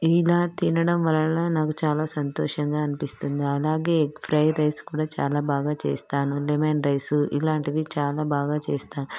ఇలా తినడం వలన నాకు చాలా సంతోషంగా అనిపిస్తుంది అలాగే ఎగ్ ఫ్రైడ్ రైస్ కూడా చాలా బాగా చేస్తాను లెమన్ రైస్ ఇలాంటివి చాలా బాగా చేస్తాను